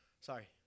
sorry